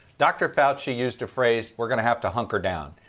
dr. fauci used a phrase were going to have to hunker down.